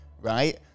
right